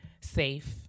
safe